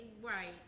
Right